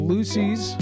Lucy's